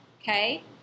okay